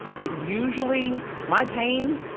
it usually, my pain,